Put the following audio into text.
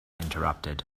interrupted